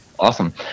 Awesome